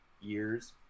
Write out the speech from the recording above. years